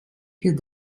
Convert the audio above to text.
für